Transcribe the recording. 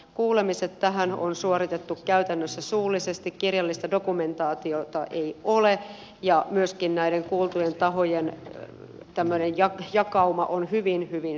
kuulemiset tähän on suoritettu käytännössä suullisesti kirjallista dokumentaatiota ei ole ja myöskin näiden kuultujen tahojen tämmöinen jakauma on hyvin hyvin suppea